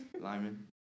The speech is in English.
Lyman